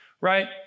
Right